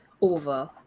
over